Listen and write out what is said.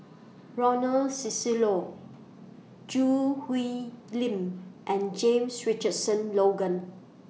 Ronald Susilo Choo Hwee Lim and James Richardson Logan